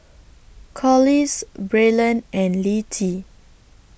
Collis Braylen and Littie